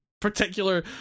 particular